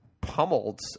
pummeled